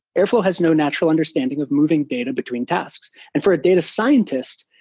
airflow has no natural understanding of moving data between tasks. and for a data scientist,